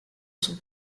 son